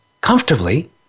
comfortably